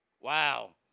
Wow